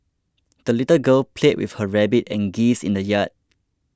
the little girl played with her rabbit and geese in the yard